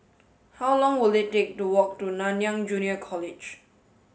how long will it take to walk to Nanyang Junior College